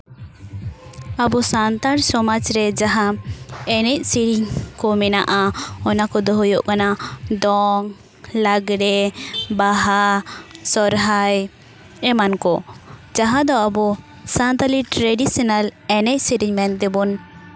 ᱟᱵᱚ ᱥᱟᱱᱛᱟᱲ ᱥᱚᱢᱟᱡᱽ ᱨᱮ ᱡᱟᱦᱟᱸ ᱮᱱᱮᱡ ᱥᱮᱨᱮᱧ ᱠᱚ ᱢᱮᱱᱟᱜᱼᱟ ᱚᱱᱟ ᱠᱚᱫᱚ ᱦᱩᱭᱩᱜ ᱠᱟᱱᱟ ᱫᱚᱝ ᱞᱟᱜᱽᱲᱮ ᱵᱟᱦᱟ ᱥᱚᱨᱦᱟᱭ ᱮᱢᱟᱱ ᱠᱚ ᱡᱟᱦᱟᱸ ᱫᱚ ᱟᱵᱚ ᱥᱟᱱᱛᱟᱞᱤ ᱴᱨᱮᱰᱤᱥᱚᱱᱟᱞ ᱮᱱᱮᱡ ᱥᱮᱨᱮᱧ ᱢᱮᱱ ᱛᱮᱵᱚᱱ